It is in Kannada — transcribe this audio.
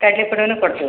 ಕಡ್ಲೆ ಪುಡಿನು ಕೊಡ್ತಿವಿ ರೀ